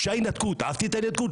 כשהייתה ההתנתקות, אהבתי את ההתנתקות?